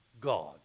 God